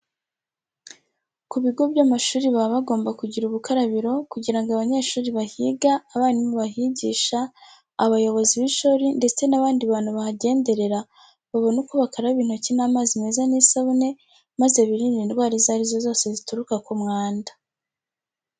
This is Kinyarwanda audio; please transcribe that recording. Ku bigo by'amashuri baba bagomba kugira ubukarabiro kugira ngo abanyeshuri bahiga, abarimu bahigisha, abayobozi b'ishuri ndetse n'abandi bantu bahagenderera babone uko bakaraba intoki n'amazi meza n'isabune maze birinde indwara izo ari zo zose zituruka ku mwanda.